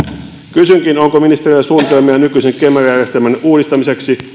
kysynkin onko ministerillä suunnitelmia nykyisen kemera järjestelmän uudistamiseksi